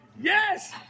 Yes